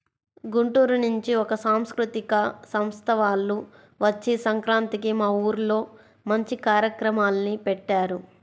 గుంటూరు నుంచి ఒక సాంస్కృతిక సంస్థ వాల్లు వచ్చి సంక్రాంతికి మా ఊర్లో మంచి కార్యక్రమాల్ని పెట్టారు